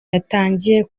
yatangiye